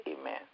Amen